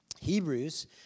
Hebrews